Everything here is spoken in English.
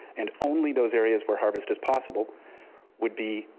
and only those areas where harvest is possible would be,